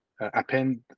append